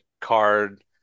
card